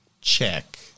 check